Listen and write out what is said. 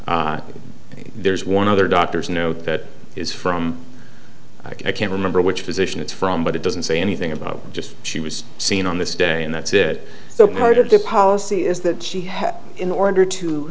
and there's one other doctor's note that is from i can't remember which position it's from but it doesn't say anything about just she was seen on this day and that's it so part of the policy is that she has in order to